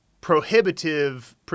prohibitive